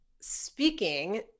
speaking